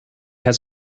has